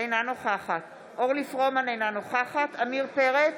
אינה נוכחת אורלי פרומן, אינה נוכחת עמיר פרץ,